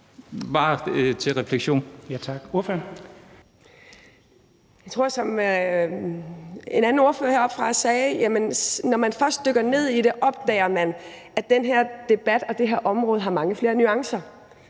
Mai Mercado (KF): Jeg tror, som en anden ordfører sagde heroppefra, at når man først dykker ned i det, opdager man, at den her debat og det her område har mange flere nuancer.